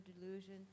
delusion